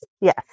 Yes